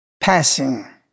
passing